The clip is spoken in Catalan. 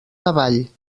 savall